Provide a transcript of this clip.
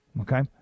okay